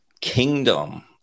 kingdom